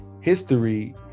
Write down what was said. history